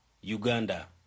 Uganda